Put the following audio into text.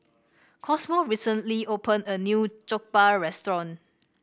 Cosmo recently opened a new Jokbal restaurant